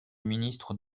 ministre